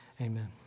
Amen